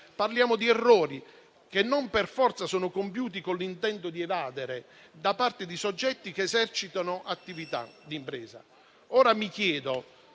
Parliamo di errori che non per forza sono compiuti con l'intento di evadere da parte di soggetti che esercitano attività di impresa.